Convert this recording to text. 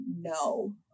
no